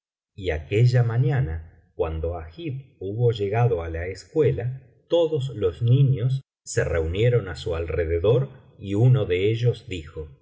y aquella mañana cuando agib hubo llegado á la escuela todos los niños se reunieron á su alrededor y uno de ellos dijo